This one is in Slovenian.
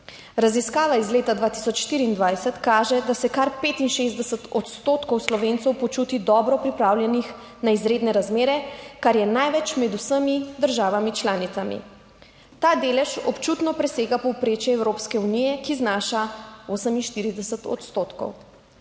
Raziskava iz leta 2024 kaže, da se kar 65 % Slovencev počuti dobro pripravljene na izredne razmere, kar je največ med vsemi državami članicami. Ta delež občutno presega povprečje Evropske unije, ki znaša 48 %.